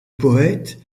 poète